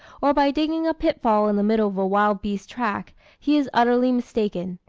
or by digging a pitfall in the middle of a wild beast's track, he is utterly mistaken.